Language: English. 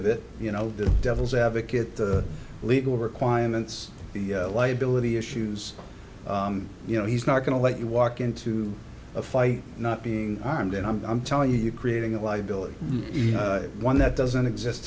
of it you know the devil's advocate the legal requirements the liability issues you know he's not going to let you walk into a fight not being armed and i'm telling you you're creating a liability one that doesn't exist